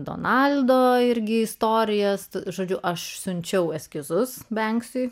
donaldo irgi istorijas žodžiu aš siunčiau eskizus